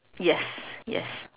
yes yes